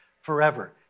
forever